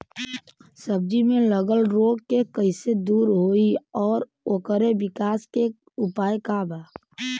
सब्जी में लगल रोग के कइसे दूर होयी और ओकरे विकास के उपाय का बा?